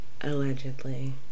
allegedly